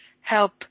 help